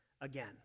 again